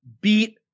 beat